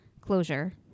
closure